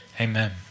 amen